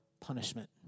punishment